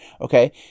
Okay